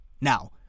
Now